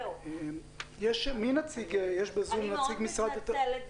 אני מאוד מתנצלת.